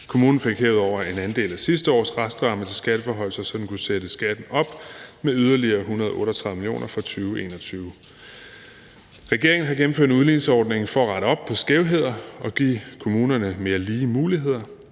Kommunen fik herudover en andel af sidste års restramme til skatteforhøjelser, så den kunne sætte skatten op med yderligere 138 mio. kr. for 2021. Regeringen har gennemført udligningsordningen for at rette op på skævheder og give kommunerne mere lige muligheder.